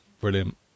brilliant